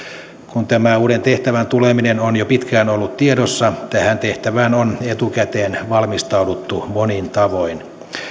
kun tämä uuden tehtävän tuleminen on jo pitkään ollut tiedossa tähän tehtävään on etukäteen valmistauduttu monin tavoin